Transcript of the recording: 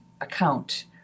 account